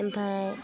ओमफाय